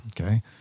Okay